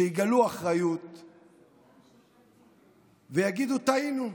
שיגלו אחריות ויגידו: טעינו,